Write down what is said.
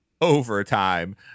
overtime